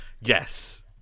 Yes